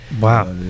Wow